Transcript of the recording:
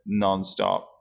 nonstop